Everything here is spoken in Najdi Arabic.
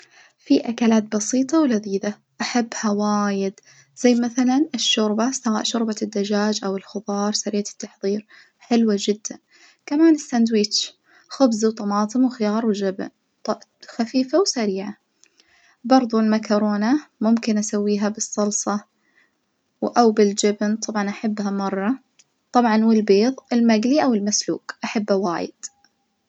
في أكلات بسيطة ولذيذة أحبها وايد زي مثلا الشوربة سواء شوربة الدجاج أو الخضار سريعة التحظير حلوة جًدا، كمان الساندوتش خبز وطمطاطم وخيار وجبن خفيفة وسريعة، بردو المكرونة ممكن أسويها بالصلصة و- أو بالجبن طبعًا أحبها مرة، طبعًا والبيض المجلي أو المسلوج أحبه وايد.